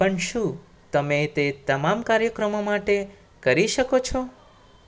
પણ શું તમે તે તમામ કાર્યક્રમો માટે કરી શકો છો